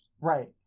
right